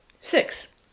Six